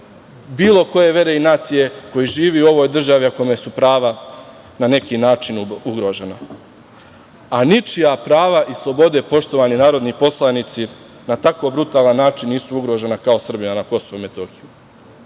bilo koje vere i nacije, koji živi u ovoj državi, a kome su prava na neki način ugrožena. Ničija prava i slobode, poštovani narodni poslanici, na tako brutalan način nisu ugrožena kao Srbija na KiM.